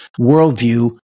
worldview-